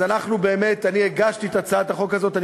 אז אני הגשתי את הצעת החוק הזאת,